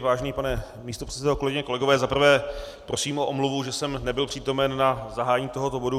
Vážený pane místopředsedo, kolegyně, kolegové, za prvé prosím o omluvu, že jsem nebyl přítomen na zahájení tohoto bodu.